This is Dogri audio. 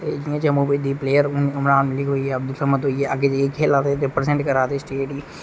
ते जियां जम्मू बिच प्लेयर हून उमरान मलिक होई गेआ अबदुल समाद होई गेआ अग्गे जेइये खेला दे